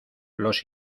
los